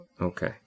Okay